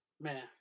man